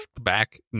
back